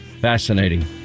Fascinating